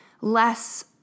less